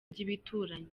by’ibituranyi